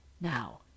Now